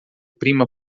prima